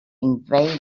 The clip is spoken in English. invade